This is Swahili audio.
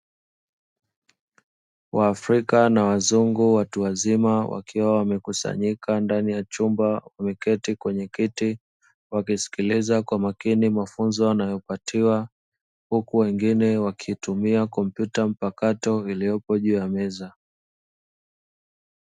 Waafrika na wazungu watu wazima wakiwa wamekusanyika ndani ya chumba wameketi kwenye kiti, wakisikiliza kwa makini mafunzo wanayopatiwa huku wengine wakitumia kompyuta mpakato zilizopo juu ya meza.